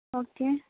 okay